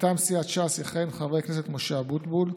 מטעם סיעת ש"ס יכהן חבר הכנסת משה אבוטבול,